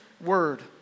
word